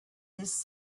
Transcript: this